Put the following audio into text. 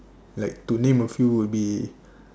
like to name a few would be